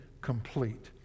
complete